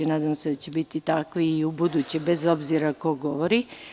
Nadam se da će biti takvi i ubuduće, bez obzira ko govori.